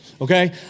Okay